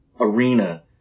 arena